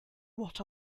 what